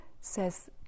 says